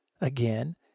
Again